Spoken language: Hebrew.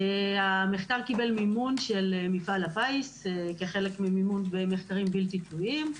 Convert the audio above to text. המחקר קיבל מימון של מפעל הפיס כחלק ממימון מחקרים בלתי תלויים.